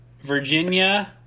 virginia